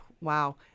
wow